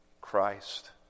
Christ